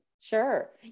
Sure